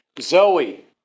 Zoe